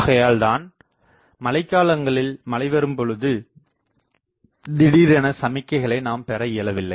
ஆகையால் தான் மழைக்காலங்களில் மழை வரும் பொழுது திடீரென சமிக்கைகளை நாம் பெற இயலவில்லை